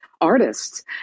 artists